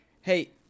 Hey